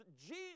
Jesus